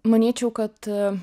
manyčiau kad